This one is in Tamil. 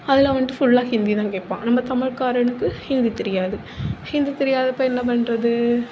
அதில் வந்துட்டு ஃபுல்லாக ஹிந்தி தான் கேட்பான் நம்ம தமிழ்க்காரனுக்கு ஹிந்தி தெரியாது ஹிந்தி தெரியாதப்போ என்ன பண்ணுறது